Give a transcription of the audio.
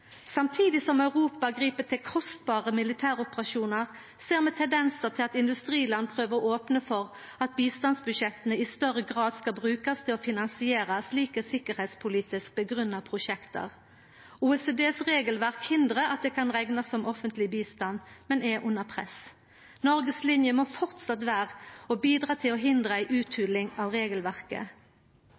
Samtidig som Europa grip til kostbare militæroperasjonar, ser vi tendensar til at industriland prøver å opna for at bistandsbudsjetta i større grad skal brukast til å finansiera slike sikkerheitspolitisk grunngjevne prosjekt. OECDs regelverk hindrar at det kan reknast som offentleg bistand, men er under press. Noregs linje må framleis vera å bidra til å hindra ei utholing av regelverket.